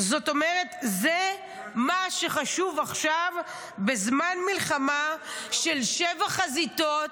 זה מה שחשוב עכשיו, בזמן מלחמה של שבע חזיתות,